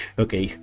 okay